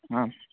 हा